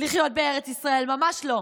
לחיות בארץ ישראל, ממש לא.